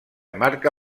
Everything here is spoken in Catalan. marca